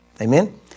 Amen